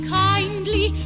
kindly